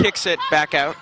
kicks it back out